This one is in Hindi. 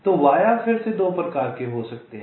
तो वाया फिर से 2 प्रकार के हो सकते हैं